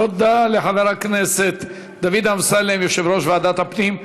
תודה לחבר הכנסת דוד אמסלם, יושב-ראש ועדת הפנים.